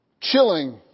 Chilling